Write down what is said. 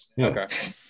Okay